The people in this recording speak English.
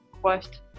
quest